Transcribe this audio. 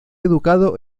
educado